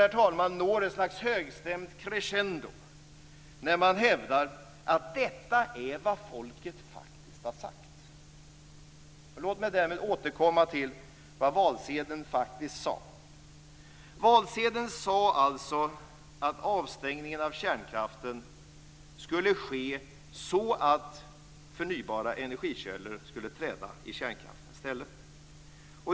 Förljugenheten når ett slags högstämt crescendo när man hävdar att detta faktiskt är vad folket har sagt. Låt mig därmed återkomma till vad som faktiskt sades på valsedeln. Där sades att avstängningen av kärnkraften skulle ske så att förnybara energikällor skulle träda i kärnkraftens ställe.